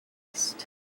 taste